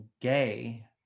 gay